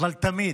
אבל תמיד,